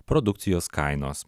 produkcijos kainos